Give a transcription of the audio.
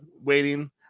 waiting